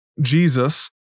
Jesus